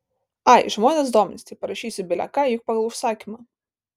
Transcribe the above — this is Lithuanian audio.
ai žmonės domisi tai parašysiu bile ką juk pagal užsakymą